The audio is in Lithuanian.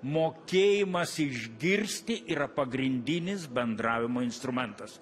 mokėjimas išgirsti yra pagrindinis bendravimo instrumentas